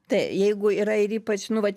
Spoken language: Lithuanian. tai jeigu yra ir ypač nu vat